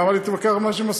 למה להתווכח על מה שמסכימים?